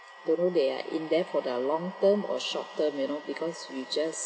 don't know they are in there for the long term or short term you know because we just